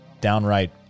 downright